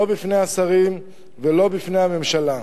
לא בפני השרים ולא בפני הממשלה.